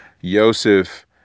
Yosef